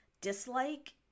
dislike